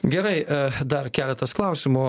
gerai dar keletas klausimų